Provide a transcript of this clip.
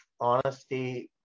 honesty